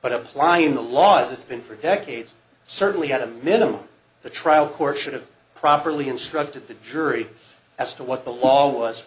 but applying the law as it's been for decades certainly had a minimum the trial court should have properly instructed the jury as to what the law was